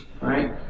right